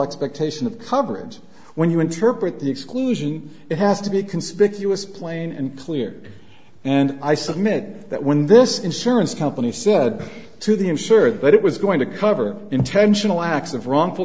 expectation of coverage when you interpret the exclusion it has to be conspicuous plain and clear and i submit that when this insurance company said to the insure that it was going to cover intentional acts of wrongful